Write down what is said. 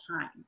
time